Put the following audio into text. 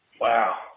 Wow